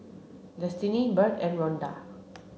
Destini Bird and Ronda